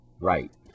Right